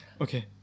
Okay